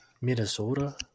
Minnesota